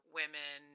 women